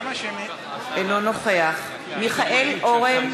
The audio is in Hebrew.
אינו נוכח מיכאל אורן,